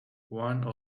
one